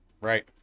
Right